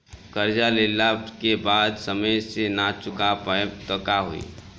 कर्जा लेला के बाद समय से ना चुका पाएम त का होई?